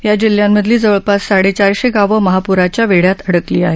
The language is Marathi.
या जिल्ह्यांमधली जवळपास साडे चारशे गावं महापुराच्या वेढ्यात अडकली आहेत